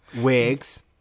wigs